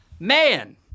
man